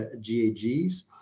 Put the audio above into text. GAGs